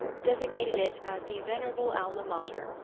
designated it as the venerable alma mater,